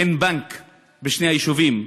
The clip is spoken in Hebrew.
אין בנק בשני היישובים.